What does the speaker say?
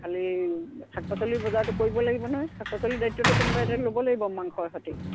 খালী শাক পাচলি বজাৰটো কৰিবই লাগিব নহয় শাক পাচলিৰ দায়িত্বটোত কোনবা এজনে ল'ব লাগিব মাংৰ সৈতে